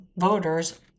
voters